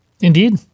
Indeed